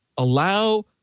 Allow